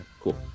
Cool